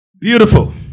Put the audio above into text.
Beautiful